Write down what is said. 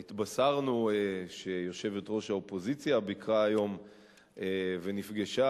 נתבשרנו שיושבת-ראש האופוזיציה ביקרה היום ונפגשה,